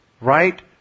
Right